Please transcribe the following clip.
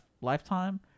lifetime